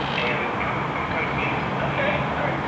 and i'm i'm kind of fiending ok. all right.